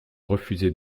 refusaient